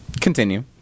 Continue